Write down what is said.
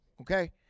okay